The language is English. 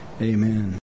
Amen